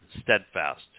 steadfast